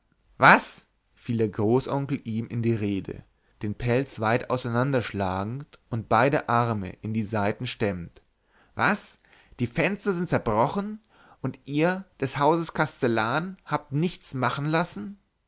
was fiel der großonkel ihm in die rede den pelz weit auseinanderschlagend und beide arme in die seiten stemmend was die fenster sind zerbrochen und ihr des hauses kastellan habt nichts machen lassen